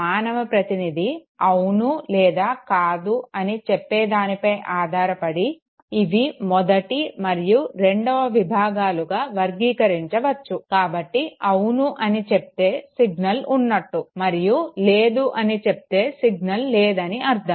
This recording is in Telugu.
మానవ ప్రతినిధి అవును లేదా కాదు అని చెప్పేదానిపై ఆధారపడి ఇవి మొదటి మరియు రెండవ విభాగాలుగా వర్గీకరించవచ్చు కాబట్టి అవును అని చెప్తే సిగ్నల్ ఉన్నట్టు మరియు లేదు అని చెప్తే సిగ్నల్ లేదని అర్ధం